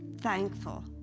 thankful